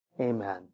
Amen